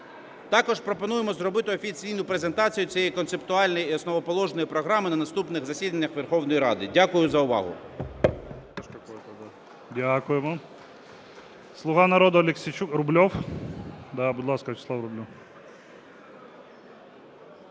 Також пропонуємо зробити офіційну презентацію цієї концептуальної і основоположної програми на наступних засіданнях Верховної Ради. Дякую за увагу.